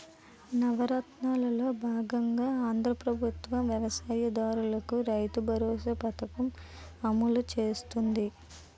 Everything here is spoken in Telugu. నవరత్నాలలో బాగంగా ఆంధ్రా ప్రభుత్వం వ్యవసాయ దారులకు రైతుబరోసా పథకం అమలు చేస్తుంది